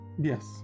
Yes